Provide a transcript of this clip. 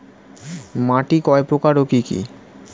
মাটি কয় প্রকার ও কি কি?